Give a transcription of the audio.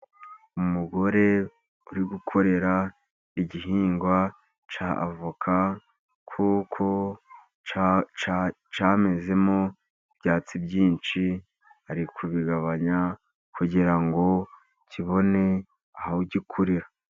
Umugore uri gukorera igihingwa cya avoka, kuko cyamezemo ibyatsi byinshi, ari kubigabanya, kugira ngo kibone aho gikurira.